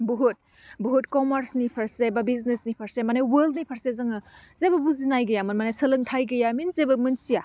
बुहुत बुहुत कमार्सनि फारसे बा बिजनेसनि फारसे माने वाल्डनि फारसे जोङो जेबो बुजिना गैयामोन माने सोलोंथाइ गैया मिन जेबो मोन्थिया